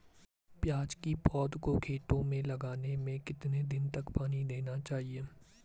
प्याज़ की पौध को खेतों में लगाने में कितने दिन तक पानी देना चाहिए?